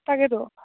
তাকেতো